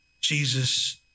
Jesus